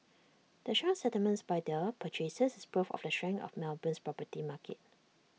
the strong settlements by the purchasers is proof of the strength of Melbourne's property market